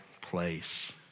place